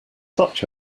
such